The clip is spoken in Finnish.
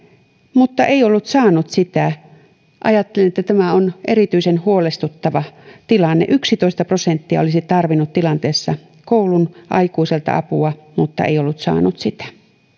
mutta ei ollut saanut sitä ajattelen että tämä on erityisen huolestuttava tilanne yksitoista prosenttia olisi tarvinnut tilanteessa koulun aikuiselta apua mutta ei ollut saanut sitä